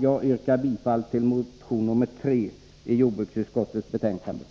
Jag yrkar bifall till reservation 3 vid jordbruksutskottets betänkande